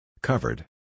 Covered